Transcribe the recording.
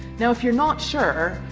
now if you're not sure,